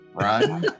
Right